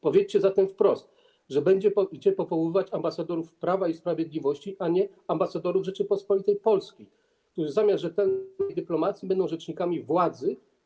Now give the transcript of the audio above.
Powiedzcie zatem wprost, że będziecie powoływać ambasadorów Prawa i Sprawiedliwości, a nie ambasadorów Rzeczypospolitej Polskiej, którzy zamiast prowadzić rzetelną dyplomację, będą rzecznikami władzy.